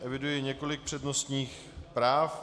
Eviduji několik přednostních práv.